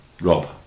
Rob